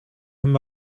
him